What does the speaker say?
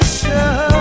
show